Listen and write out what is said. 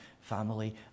family